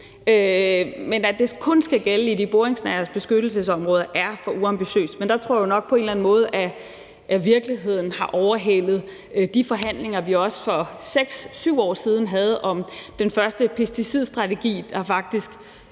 men at det kun skal gælde i de boringsnære beskyttelsesområder, er for uambitiøst. Men der tror jeg nok, at virkeligheden på en eller anden måde har overhalet de forhandlinger, som vi for 6-7 år siden havde om den første pesticidstrategi, der faktisk